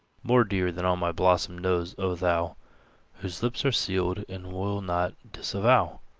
more dear than all my bosom knows, o thou whose lips are sealed and will not disavow!